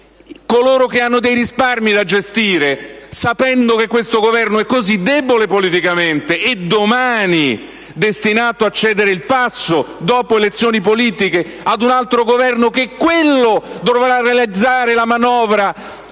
coloro che hanno dei risparmi da gestire, sapendo che questo Governo è così debole politicamente e domani è destinato a cedere il passo, dopo le elezioni politiche, ad un altro Governo, che è quello che dovrà realizzare la manovra